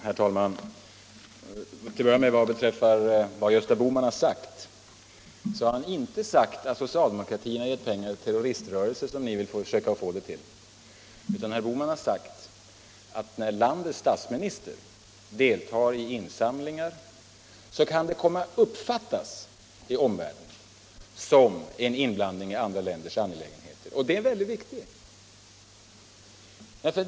Herr talman! Vad till att börja med beträffar det som Gösta Bohman yttrade så har han inte sagt, att socialdemokratin givit pengar till terroriströrelser, som ni vill försöka att få det till. Herr Bohman har i stället framhållit att när landets statsminister deltar i insamlingar kan det komma att uppfattas i omvärlden som en inblandning i andra länders frågor. Det är ett mycket viktigt påpekande.